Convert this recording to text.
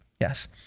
Yes